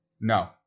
no